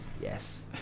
Yes